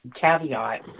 caveat